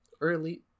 early